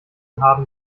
haben